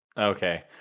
Okay